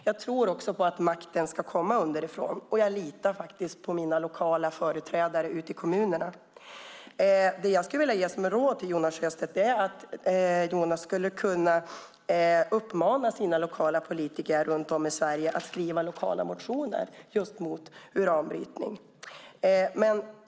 Jag tror också på att makten ska komma underifrån, och jag litar på mina lokala företrädare ute i kommunerna. Jag skulle vilja ge ett råd till Jonas Sjöstedt. Han skulle kunna uppmana sina lokala politiker runt om i Sverige att skriva lokala motioner just mot uranbrytning.